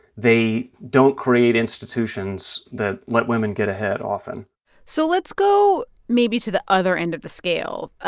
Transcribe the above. they don't create institutions that let women get ahead often so let's go maybe to the other end of the scale.